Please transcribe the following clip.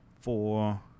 four